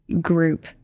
group